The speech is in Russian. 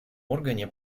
органе